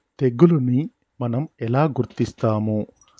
తెగులుని మనం ఎలా గుర్తిస్తాము?